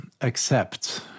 accept